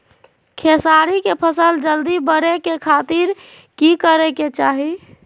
खेसारी के फसल जल्दी बड़े के खातिर की करे के चाही?